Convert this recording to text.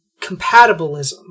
compatibilism